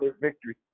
victory